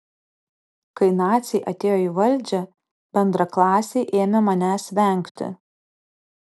kai naciai atėjo į valdžią bendraklasiai ėmė manęs vengti